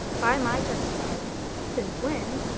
by my testimony since when,